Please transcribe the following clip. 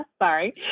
sorry